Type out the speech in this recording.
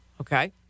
Okay